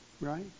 right